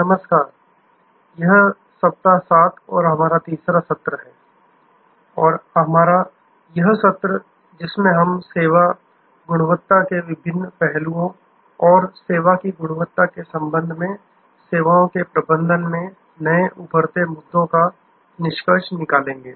नमस्कार यह सप्ताह 7 और हमारा तीसरा सत्र है और हमारा यह सत्र जिसमें हम सेवा गुणवत्ता के विभिन्न पहलुओं और सेवा की गुणवत्ता के संबंध में सेवाओं के प्रबंधन में नए उभरते मुद्दों का निष्कर्ष निकालेंगे